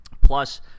Plus